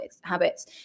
habits